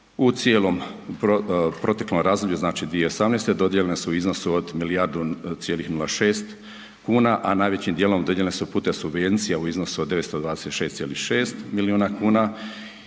U cijelom proteklom razdoblju, znači 2018. dodijeljene su od milijardu cijelih nula šest kuna a najvećim djelom dodijeljene su putem subvencija u iznosu od 926, 6 milijuna